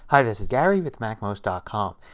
hi, this is gary with macmost ah com.